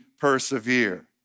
persevere